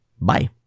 Bye